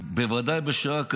בוודאי בשעה כזאת,